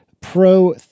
Pro